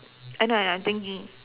I know I know I'm thinking